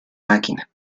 máquina